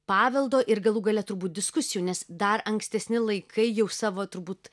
paveldo ir galų gale turbūt diskusijų nes dar ankstesni laikai jau savo turbūt